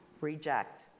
reject